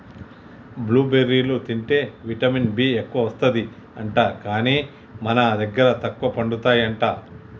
blue బెర్రీలు తింటే vitamin B ఎక్కువస్తది అంట, కానీ మన దగ్గర తక్కువ పండుతాయి అంట